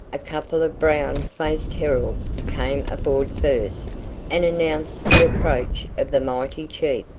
a couple of brown-faced heralds came aboard first and announced the approach of the mighty chief.